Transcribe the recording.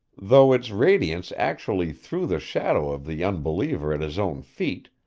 though its radiance actually threw the shadow of the unbeliever at his own feet,